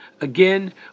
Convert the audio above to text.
again